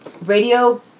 radio